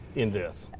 in this?